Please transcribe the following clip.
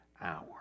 hour